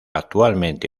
actualmente